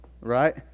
right